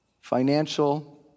financial